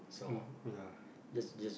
um ya